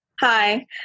Hi